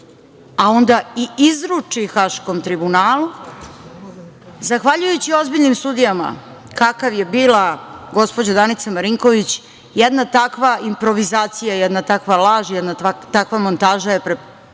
a onda i izruči Haškom Tribunalu, zahvaljujući ozbiljnim sudijama, kakav je bila gospođa Danica Marinković, jedna takva improvizacija, jedna takva laž, jedna takva montaža je pala